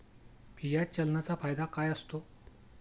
Fiat चलनाचा फायदा काय असतो?